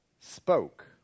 spoke